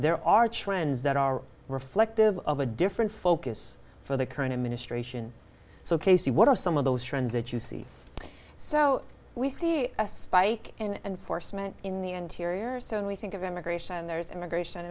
there are challenges that are reflective of a different focus for the current administration so casey what are some of those trends that you see so we see a spike in and for cement in the interior so we think of immigration there's immigration